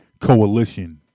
coalition